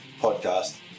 podcast